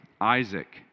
Isaac